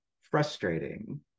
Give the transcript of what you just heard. frustrating